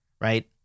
right